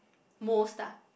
most ah